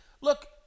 Look